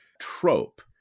trope